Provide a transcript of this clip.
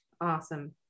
Awesome